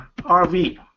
RV